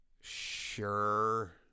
Sure